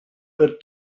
per